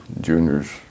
Junior's